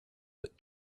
that